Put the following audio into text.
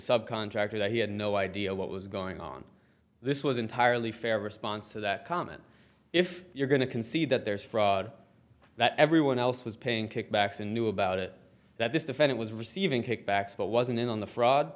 subcontractor that he had no idea what was going on this was entirely fair response to that comment if you're going to concede that there is fraud that everyone else was paying kickbacks and knew about it that this defendant was receiving kickbacks but wasn't in on the fraud